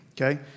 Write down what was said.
okay